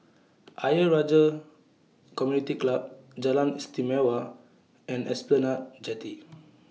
Ayer Rajah Community Club Jalan Istimewa and Esplanade Jetty